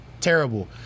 Terrible